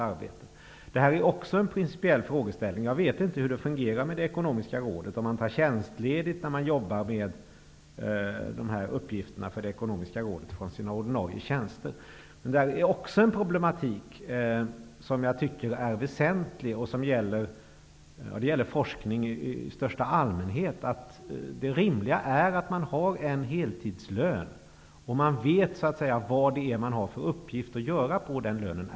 Också detta är en principiell fråga. Jag vet inte hur det fungerar med det ekonomiska rådet, dvs. om man tar tjänstledigt från sina ordinarie tjänster när man arbetar med dessa uppgifter för det ekonomiska rådet. Detta är en problematik som jag tycker är väsentlig. Det gäller forskning i största allmänhet. Det rimliga är att man har en heltidslön och att man vet vilken uppgift man har att göra för den lönen.